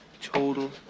total